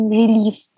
relief